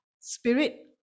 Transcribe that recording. spirit